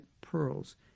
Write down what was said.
pearls